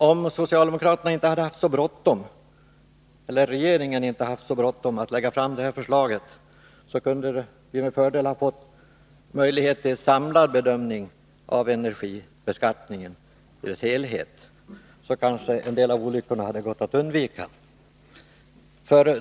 Om regeringen inte hade haft så bråttom med att lägga fram det här förslaget, hade vi fått möjlighet att göra en samlad bedömning av energibeskattningen i dess helhet. Då kanske en del av olyckorna hade kunnat undvikas.